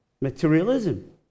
materialism